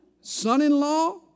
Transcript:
Son-in-law